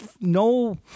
no